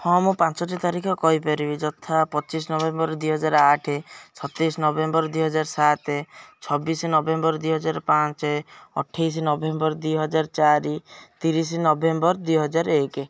ହଁ ମୁଁ ପାଞ୍ଚଟି ତାରିଖ କହିପାରିବି ଯଥା ପଚିଶି ନଭେମ୍ବର ଦୁଇହଜାର ଆଠ ସତେଇଶି ନଭେମ୍ବର ଦୁଇହଜାର ସାତ ଛବିଶି ନଭେମ୍ବର ଦୁଇହଜାର ପାଞ୍ଚ ଅଠେଇଶି ନଭେମ୍ବର ଦୁଇହଜାର ଚାରି ତିରିଶି ନଭେମ୍ବର ଦୁଇହଜାର ଏକ